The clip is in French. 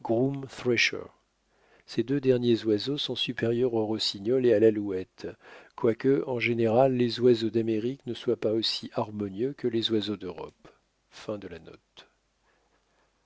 ces deux derniers oiseaux sont supérieurs au rossignol et à l'alouette quoique en général les oiseaux d'amérique ne soient pas aussi harmonieux que les oiseaux d'europe